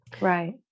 Right